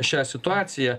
šią situaciją